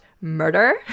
murder